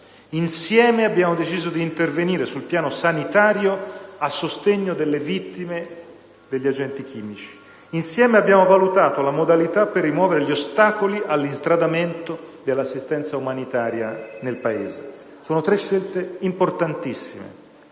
Insieme abbiamo deciso di intervenire sul piano sanitario a sostegno delle vittime degli agenti chimici; insieme abbiamo valutato la modalità per rimuovere gli ostacoli all'instradamento dell'assistenza umanitaria nel Paese. Sono tre scelte importantissime.